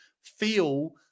feel